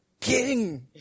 king